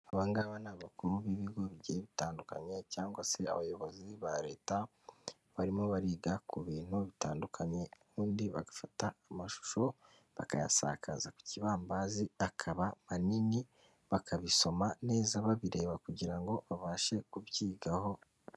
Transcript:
Abangaba ni abakuru b'ibigo bigiye bitandukanye cyangwa se abayobozi ba leta ,barimo bariga ku bintu bitandukanye ubundi bagafata amashusho bakayasakaza ku kibambazi akaba manini bakabisoma neza babireba kugira ngo babashe kubyigaho.